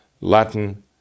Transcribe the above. Latin